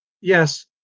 yes